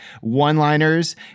one-liners